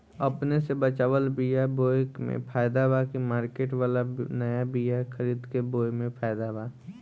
अपने से बचवाल बीया बोये मे फायदा बा की मार्केट वाला नया बीया खरीद के बोये मे फायदा बा?